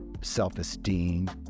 self-esteem